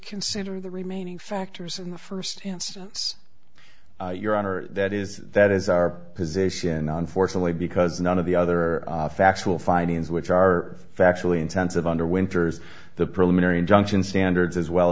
consider the remaining factors in the first instance your honor that is that is our position unfortunately because none of the other factual findings which are factually intensive under winter's the preliminary injunction standards as well